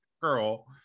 girl